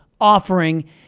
offering